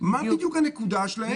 מה בדיוק הנקודה שלהם.